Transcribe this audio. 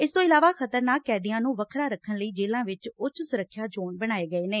ਇਸ ਤੋ ਇਲਾਵਾ ਖਤਰਨਾਕ ਕੈਦੀਆ ਨੂੰ ਵਖਰਾ ਰੱਖਣ ਲਈ ਜੇਲਾਾ ਵਿਚ ਉੱਚ ਸੁਰੱਖਿਆ ਜੋਨ ਬਣਾਏ ਗਏ ਨੇ